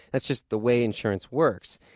that's just the way insurance works.